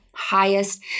Highest